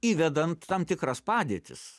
įvedant tam tikras padėtis